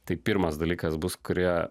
tai pirmas dalykas bus kurie